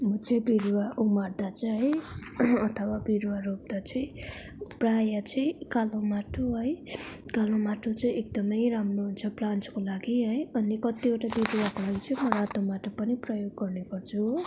म चाहिँ बिरुवा उमार्दा चाहिँ है अथवा बिरुवा रोप्दा चाहिँ प्राय चाहिँ कालो माटो है कालो माटो चाहिँ एकदमै राम्रो हुन्छ प्लान्टको लागि है अनि कतिवटा बिरुवाको लागि चाहिँ मलाई त्यो माटो पनि प्रयोग गर्ने गर्छु हो